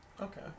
Okay